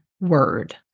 word